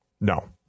No